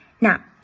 Now